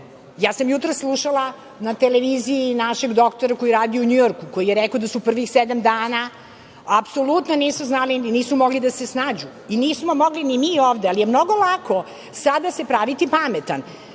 Ja sam jutros slušala na televiziji našeg doktora koji radi u Njujorku, koji je rekao da prvih sedam dana apsolutno nisu znali i nisu mogli da se snađu. Nismo mogli ni mi ovde, ali je mnogo lako sada se praviti pametan.